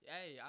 Hey